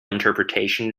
interpretation